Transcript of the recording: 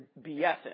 BSing